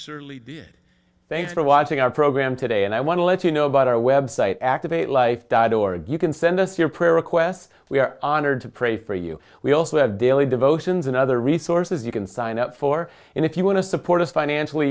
certainly did thanks for watching our program today and i want to let you know about our web site activate life died or you can send us your prayer request we are honored to pray for you we also have daily devotions and other resources you can sign up for and if you want to support us financially